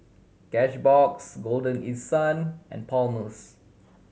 Cashbox Golden East Sun and Palmer's